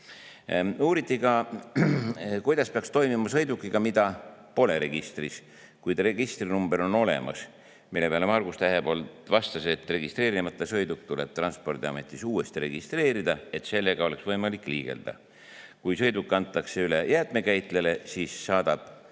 uuriti, kuidas peaks toimima sõidukiga, mida pole registris, kuid millel registrinumber on olemas. Margus Tähepõld vastas, et registreerimata sõiduk tuleb Transpordiametis uuesti registreerida, et sellega oleks võimalik liigelda. Kui sõiduk antakse üle jäätmekäitlejale, siis saadab